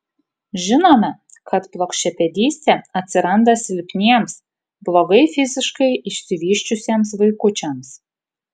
žinome kad plokščiapėdystė atsiranda silpniems blogai fiziškai išsivysčiusiems vaikučiams